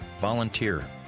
volunteer